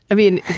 i mean,